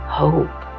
hope